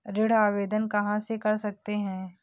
ऋण आवेदन कहां से कर सकते हैं?